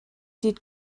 did